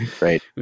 right